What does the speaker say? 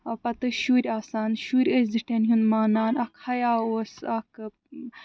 پتہٕ ٲسۍ شُرۍ آسان شُرۍ ٲسۍ زِٹھٮ۪ن ہُنٛد مانان اکھ حیا اوس اکھ